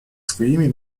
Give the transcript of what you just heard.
своими